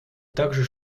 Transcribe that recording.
также